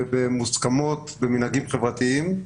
מוסכמות ומנהגים חברתיים שונים.